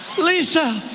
lisa,